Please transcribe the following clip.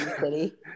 city